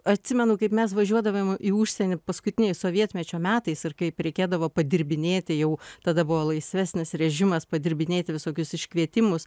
atsimenu kaip mes važiuodavom į užsienį paskutiniais sovietmečio metais ir kaip reikėdavo padirbinėti jau tada buvo laisvesnis režimas padirbinėti visokius iškvietimus